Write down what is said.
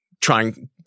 trying